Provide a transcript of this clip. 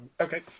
Okay